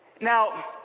Now